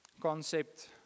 concept